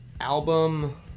album